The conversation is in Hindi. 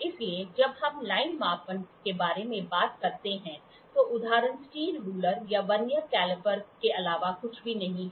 इसलिए जब हम लाइन मापन के बारे में बात करते हैं तो उदाहरण स्टील रूलर या वर्नियर कैलिपर के अलावा कुछ भी नहीं हैं